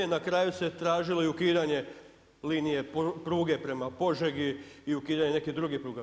Na kraju se tražilo i ukidanje linije pruge prema Požegi i ukidanje nekih drugih pruga.